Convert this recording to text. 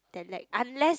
that lack unless